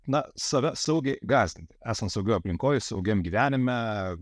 na save saugiai gąsdinti esant saugioje aplinkoj saugiam gyvenime